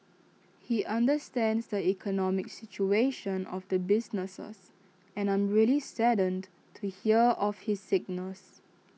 he understands the economic situation of the businesses and I'm really saddened to hear of his sickness